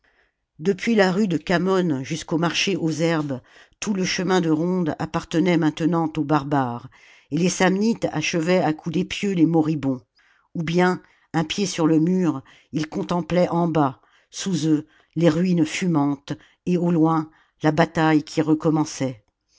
depuis la rue de khamon jusqu'au marché aux herbes tout le chemin de ronde appartenait maintenant aux barbares et les samnites achevaient à coups d'épieux les moribonds ou bien un pied sur le mur ils contemplaient en bas sous eux les ruines fumantes et au loin la bataille qui recommençait